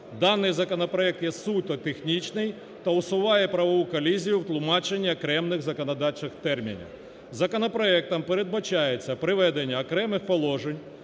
Даний законопроект є суто технічний та усуває правову колізію в тлумаченні окремих законодавчих термінів. Законопроектом передбачається приведення окремих положень